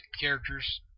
characters